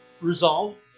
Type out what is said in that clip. resolved